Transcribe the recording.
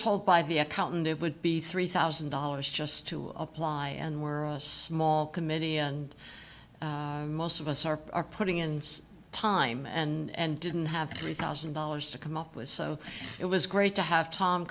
told by the accountant it would be three thousand dollars just to apply and were a small committee and most of us are putting in time and didn't have three thousand dollars to come up with so it was great to have tom